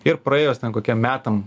ir praėjus kokiem metams